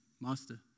Master